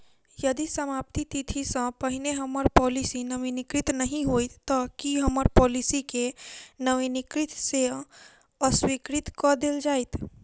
यदि समाप्ति तिथि सँ पहिने हम्मर पॉलिसी नवीनीकृत नहि होइत तऽ की हम्मर पॉलिसी केँ नवीनीकृत सँ अस्वीकृत कऽ देल जाइत?